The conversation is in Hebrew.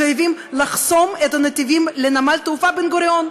חייבים לחסום את הנתיבים לנמל התעופה בן-גוריון.